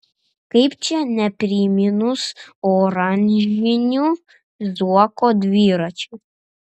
kaip čia nepriminus oranžinių zuoko dviračių